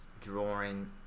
drawing